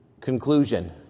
conclusion